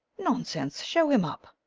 nonsense! show him up.